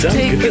take